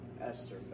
Esther